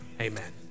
amen